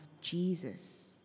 Jesus